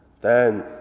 then